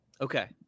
Okay